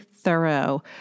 thorough